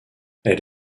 elle